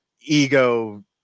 ego